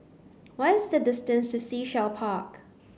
what's the distance to Sea Shell Park